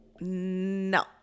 no